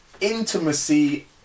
intimacy